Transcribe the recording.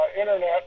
Internet